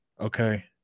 Okay